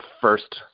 first